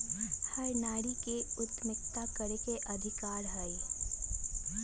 हर एक नारी के उद्यमिता करे के अधिकार हई